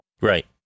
Right